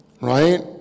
right